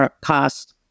cost